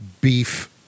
beef